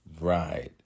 Right